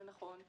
זה נכון,